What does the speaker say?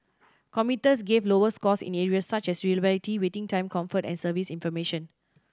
commuters gave lower scores in areas such as reliability waiting time comfort and service information